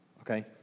Okay